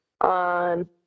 on